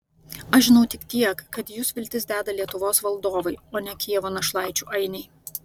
aš žinau tik tiek kad į jus viltis deda lietuvos valdovai o ne kijevo našlaičių ainiai